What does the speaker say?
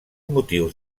motius